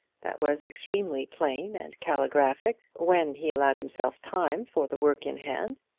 that was extremely plain and caligraphic when he allowed himself time for the work in hand,